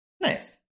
Nice